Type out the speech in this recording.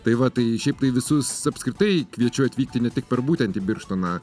tai va tai šiaip visus apskritai kviečiu atvykti ne tik per būtent į birštoną